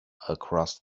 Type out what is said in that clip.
across